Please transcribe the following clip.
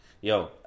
yo